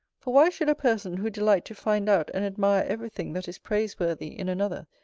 for why should a person who delight to find out and admire every thing that is praise-worthy in another,